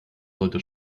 sollte